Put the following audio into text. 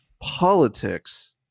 politics